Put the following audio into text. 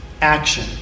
action